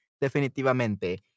definitivamente